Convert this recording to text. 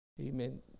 amen